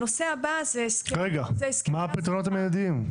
מה הפתרונות המידיים?